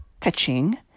ka-ching